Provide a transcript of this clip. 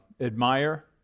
admire